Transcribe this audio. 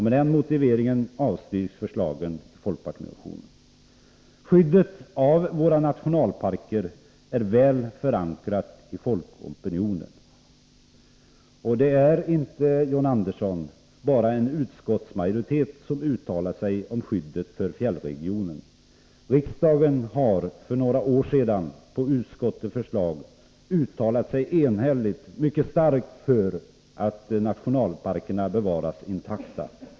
Med den motiveringen avstyrks förslagen i folkpartiets reservation. Skyddet av våra nationalparker är väl förankrat i folkopinionen, och det är inte, John Andersson, bara en utskottsmajoritet som uttalar sig om skyddet för fjällregionen. Riksdagen har för några år sedan på utskottets förslag enhälligt uttalat sig mycket starkt för att nationalparkerna bevaras intakta.